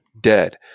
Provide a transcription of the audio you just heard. dead